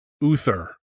Uther